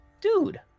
Dude